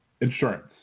insurance